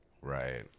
Right